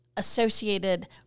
associated